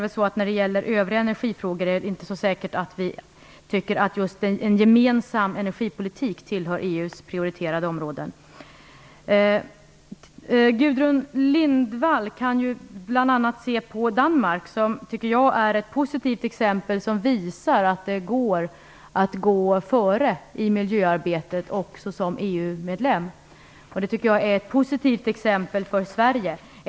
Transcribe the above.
Vad gäller övriga energifrågor är det inte säkert att en gemensam energipolitik tillhör EU:s prioriterade områden. Gudrun Lindvall kan bl.a. se på Danmark, som jag menar är ett positivt exempel på att det går att gå före i miljöarbetet också som EU-medlem. Det är ett positivt exempel för Sverige.